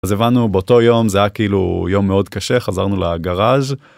אז הבנו באותו יום זה היה כאילו יום מאוד קשה חזרנו לגראז'